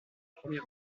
premier